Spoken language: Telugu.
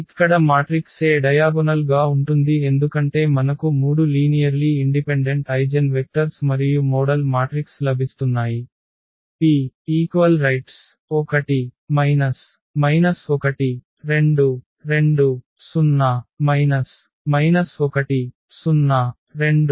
ఇక్కడ మాట్రిక్స్ A డయాగొనల్ గా ఉంటుంది ఎందుకంటే మనకు 3 లీనియర్లీ ఇండిపెండెంట్ ఐగెన్వెక్టర్స్ మరియు మోడల్ మాట్రిక్స్ లభిస్తున్నాయి P 1 1 2 2 0 1 0 2 1